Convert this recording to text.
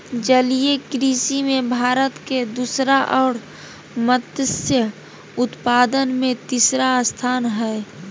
जलीय कृषि में भारत के दूसरा और मत्स्य उत्पादन में तीसरा स्थान हइ